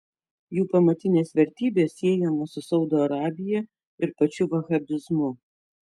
jų pamatinės vertybės siejamos su saudo arabija ir pačiu vahabizmu